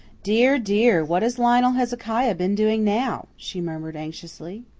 dear, dear, what has lionel hezekiah been doing now? she murmured anxiously.